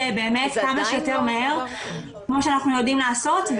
כמה שיותר מהר כמו שאנחנו יודעים לעשות.